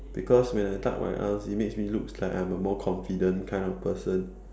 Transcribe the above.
because when I tuck my arms it makes me looks like I'm a more confident kind of person